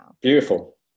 Beautiful